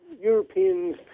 Europeans